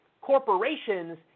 corporations